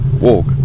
Walk